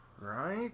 Right